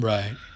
Right